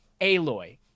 Aloy